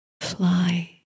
Fly